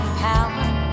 power